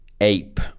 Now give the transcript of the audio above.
Ape